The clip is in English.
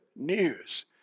News